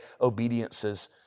obediences